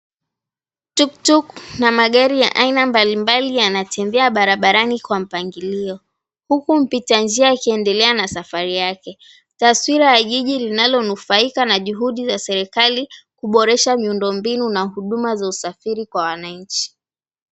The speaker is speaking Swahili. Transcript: Tuktuk na magari ya aina mbali mbali yanatembea barabarani kwa mpangilio huku mpita njia akiendelea na safari yake. Taswira ya jiji linalonufaika na juhudi ya serikali kuboresha miundombinu na huduma za usafiri kwa wananchi.